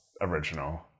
original